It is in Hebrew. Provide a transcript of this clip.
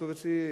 כתוב אצלי,